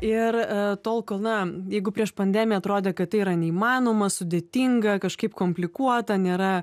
ir tol kol na jeigu prieš pandemiją atrodė kad tai yra neįmanoma sudėtinga kažkaip komplikuota nėra